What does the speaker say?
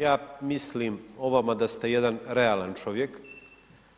Ja mislim ovamo da ste jedan realan čovjek,